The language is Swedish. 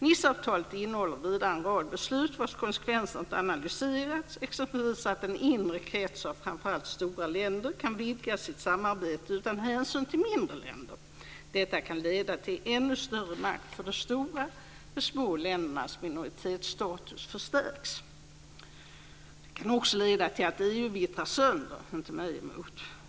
Niceavtalet innehåller vidare en rad beslut vars konsekvenser inte analyserats, exempelvis att en inre krets av framför allt stora länder kan vidga sitt samarbete utan hänsyn till mindre länder. Detta kan leda till ännu större makt för de stora. De små ländernas minoritetsstatus förstärks. Det kan också leda till att EU vittrar sönder, inte mig emot.